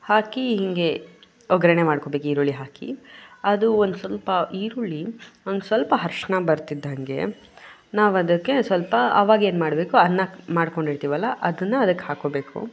ಹಾಕಿ ಹೀಗೆ ಒಗ್ಗರಣೆ ಮಾಡ್ಕೋಬೇಕು ಈರುಳ್ಳಿ ಹಾಕಿ ಅದು ಒಂದುಸ್ವಲ್ಪ ಈರುಳ್ಳಿ ಒಂದುಸ್ವಲ್ಪ ಅರ್ಶಿಣ ಬರ್ತಿದ್ದಂಗೆ ನಾವದಕ್ಕೆ ಸ್ವಲ್ಪ ಅವಾಗೇನು ಮಾಡಬೇಕು ಅನ್ನ ಮಾಡ್ಕೊಂಡಿರ್ತೀವಲ್ಲ ಅದನ್ನಾ ಅದಕ್ಕೆ ಹಾಕ್ಕೊಬೇಕು